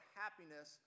happiness